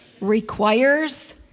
requires